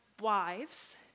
wives